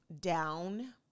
down